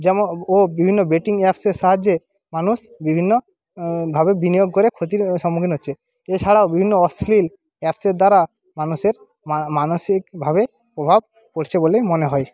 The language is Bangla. যেমো ও বিভিন্ন বেটিং অ্যাপসের সাহায্যে মানুষ বিভিন্ন ভাবে বিনিয়োগ করে ক্ষতির সম্মুখীন হচ্ছে এছাড়া বিভিন্ন অশ্লীল অ্যাপসের দ্বারা মানুষের মানসিকভাবে প্রভাব পড়ছে বলেই মনে হয়